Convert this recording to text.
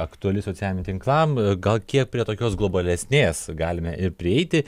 aktuali socialiniam tinklam gal kiek prie tokios globalesnės galime ir prieiti